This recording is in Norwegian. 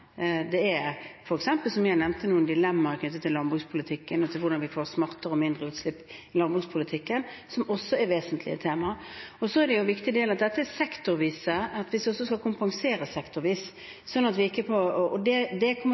Som jeg nevnte, er det f.eks. noen dilemmaer knyttet til landbrukspolitikken og til hvordan vi får smartere og mindre utslipp i landbrukspolitikken, som også er vesentlige temaer. Så er det jo viktig at dette er sektorvis, og at vi også skal kompensere sektorvis. Det kommer det til å være en utfordring å finne målrettede, gode tiltak på og